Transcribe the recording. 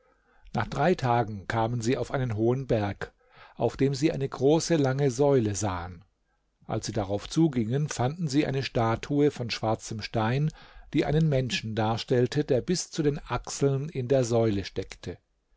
nach drei tagen kamen sie auf einen hohen berg auf dem sie eine große lange säule sahen als sie darauf zugingen fanden sie eine statue von schwarzem stein die einen menschen darstellte der bis zu den achseln in der säule steckte